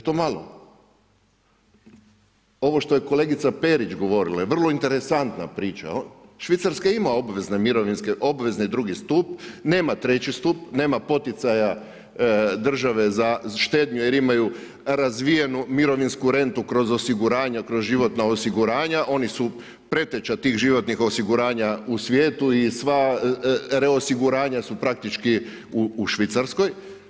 Ovo što je kolegica Perić govorila je vrlo interesantna priča, Švicarska ima obvezne mirovinske, obvezni drugi stup, nema treći stup, nema poticaja države za štednju jer imaju razvijenu mirovinsku rentu kroz osiguranja, kroz životna osiguranja, oni su preteča tih životnih osiguranja u svijetu i sva reosiguranja su praktički u Švicarskoj.